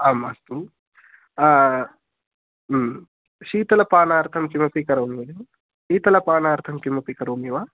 आम् अस्तु शीतलपानार्थं किमपि करोमि वा शीतलपानार्थं किमपि करोमि वा